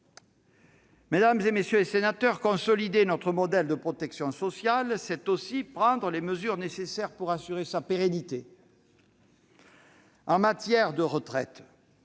Mesdames, messieurs les sénateurs, consolider notre modèle de protection sociale, c'est aussi prendre les mesures nécessaires pour assurer sa pérennité. En matière de retraites,